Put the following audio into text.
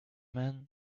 man